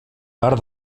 part